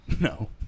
No